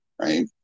Right